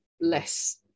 less